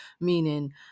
meaning